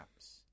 apps